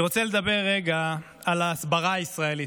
אני רוצה לדבר רגע על ההסברה הישראלית.